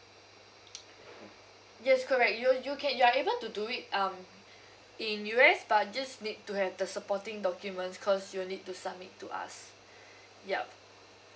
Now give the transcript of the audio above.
yes correct you'll you can you are able to do it um in U_S but just need to have the supporting documents because you'll need to submit to us ya